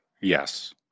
Yes